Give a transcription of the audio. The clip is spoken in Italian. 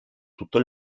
tutto